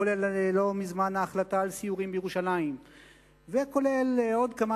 בכלל זה ההחלטה לא מזמן על סיורים בירושלים ועוד כמה